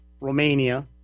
Romania